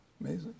Amazing